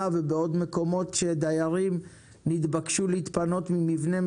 הדיון כבר היה בוועדה,